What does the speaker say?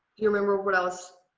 you remember what else